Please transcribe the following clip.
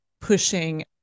pushing